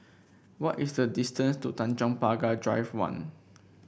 what is the distance to Tanjong Pagar Drive One